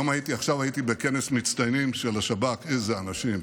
עכשיו הייתי בכנס מצטיינים של השב"כ, איזה אנשים,